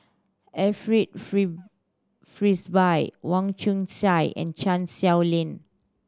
Alfred free Frisby Wong Chong Sai and Chan Sow Lin